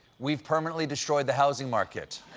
we've permanently destroyed the housing market.